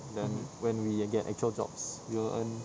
then when we err get actual jobs we will earn